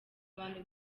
abantu